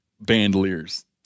bandoliers